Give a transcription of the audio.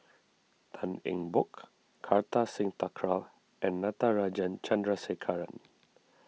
Tan Eng Bock Kartar Singh Thakral and Natarajan Chandrasekaran